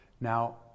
Now